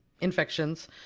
infections